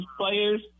players